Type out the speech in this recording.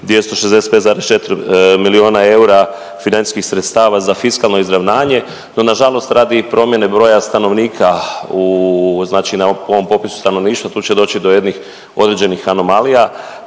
265,4 milijuna eura financijskih sredstava za fiskalno izravnanje. No na žalost radi promjene broja stanovnika, znači na ovom popisu stanovništva tu će doći do jednih određenih anomalija,